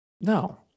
No